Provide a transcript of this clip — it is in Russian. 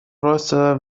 роста